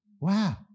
Wow